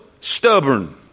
stubborn